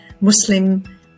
Muslim